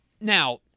now